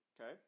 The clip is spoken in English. Okay